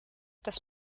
das